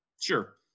Sure